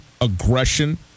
aggression